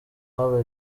haba